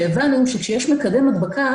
שהבנו שכשיש מקדם הדבקה,